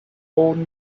old